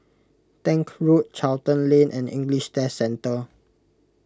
Tank Road Charlton Lane and English Test Centre